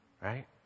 Right